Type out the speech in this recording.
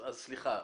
סליחה,